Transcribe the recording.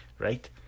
Right